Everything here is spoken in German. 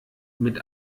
mit